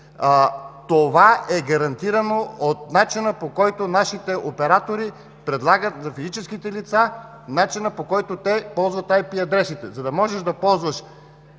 това е гарантирано от начина, по който нашите оператори предлагат за физическите лица, начина, по който те ползват IP адресите. За да можеш да ползваш